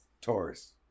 Taurus